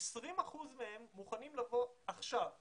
20 אחוזים מהם מוכנים לבוא עכשיו לסיור.